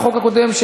לחוק הקודם,